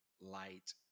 light